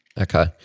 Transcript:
Okay